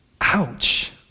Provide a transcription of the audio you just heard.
Ouch